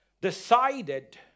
decided